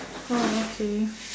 oh okay